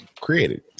created